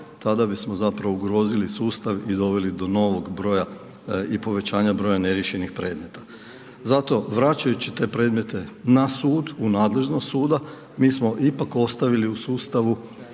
tada bismo ugrozili sustav i doveli do novog broja i povećanja broja neriješenih predmeta. Zato vraćajući te predmete na sud u nadležnost suda, mi smo ipak ostavili u sustavu